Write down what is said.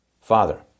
Father